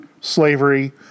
slavery